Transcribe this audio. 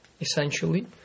essentially